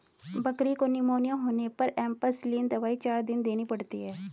बकरी को निमोनिया होने पर एंपसलीन दवाई चार दिन देनी पड़ती है